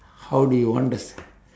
how do you want the st~